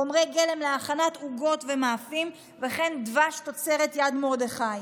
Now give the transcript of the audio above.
חומרי גלם להכנת עוגות ומאפים וכן דבש של יד מרדכי.